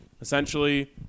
Essentially